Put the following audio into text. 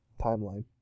timeline